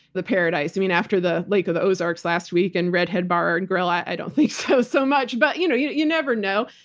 the paradise. i mean, after the lake of the ozarks last week and redhead bar and grill, i don't think so, so much. but you know you know you never know.